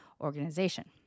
organization